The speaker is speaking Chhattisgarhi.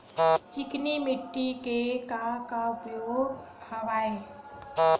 चिकनी माटी के का का उपयोग हवय?